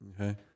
Okay